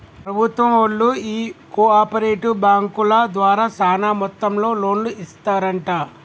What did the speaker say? ప్రభుత్వం బళ్ళు ఈ కో ఆపరేటివ్ బాంకుల ద్వారా సాన మొత్తంలో లోన్లు ఇస్తరంట